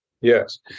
yes